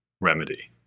remedy